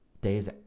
days